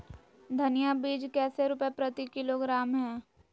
धनिया बीज कैसे रुपए प्रति किलोग्राम है?